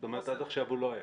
זאת אומרת עד עכשיו הוא לא היה?